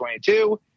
2022